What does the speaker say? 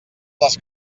les